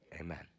Amen